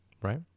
right